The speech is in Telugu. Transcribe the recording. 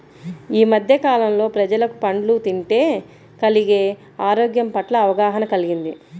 యీ మద్దె కాలంలో ప్రజలకు పండ్లు తింటే కలిగే ఆరోగ్యం పట్ల అవగాహన కల్గింది